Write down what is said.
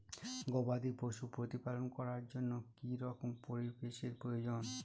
গবাদী পশু প্রতিপালন করার জন্য কি রকম পরিবেশের প্রয়োজন?